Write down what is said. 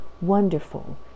Wonderful